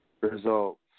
results